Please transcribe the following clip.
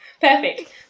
Perfect